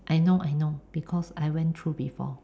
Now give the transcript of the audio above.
I know I know because I went through before